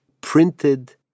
printed